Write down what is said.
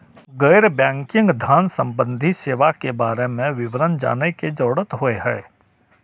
गैर बैंकिंग धान सम्बन्धी सेवा के बारे में विवरण जानय के जरुरत होय हय?